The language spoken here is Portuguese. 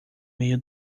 meio